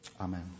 Amen